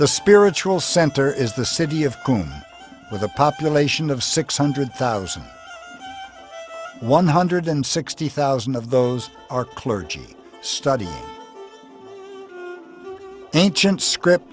the spiritual center is the city of qum with a population of six hundred thousand one hundred sixty thousand of those are clergy study ancient script